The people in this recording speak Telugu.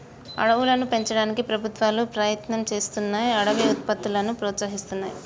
అడవులను పెంచడానికి ప్రభుత్వాలు ప్రయత్నం చేస్తున్నాయ్ అడవి ఉత్పత్తులను ప్రోత్సహిస్తున్నాయి